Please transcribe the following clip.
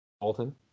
Alton